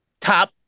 Top